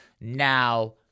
Now